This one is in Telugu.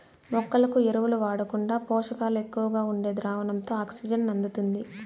మొక్కలకు ఎరువులు వాడకుండా పోషకాలు ఎక్కువగా ఉండే ద్రావణంతో ఆక్సిజన్ అందుతుంది